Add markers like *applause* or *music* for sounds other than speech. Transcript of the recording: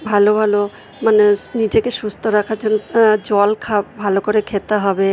ভালো ভালো মানে নিজেকে সুস্থ রাখার জন্য জল *unintelligible* ভালো করে খেতে হবে